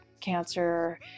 cancer